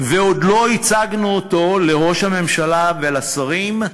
ועוד לא הצגנו אותו לראש הממשלה ולשרים.